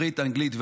אנגלית,